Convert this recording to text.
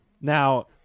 now